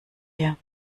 her